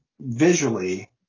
visually